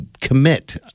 commit